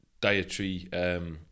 dietary